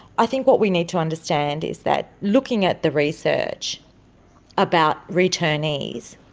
i think what we need to understand is that looking at the research about returnees,